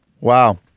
Wow